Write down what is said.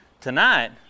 tonight